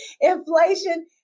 Inflation